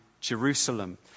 Jerusalem